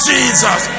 Jesus